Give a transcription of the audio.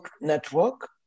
network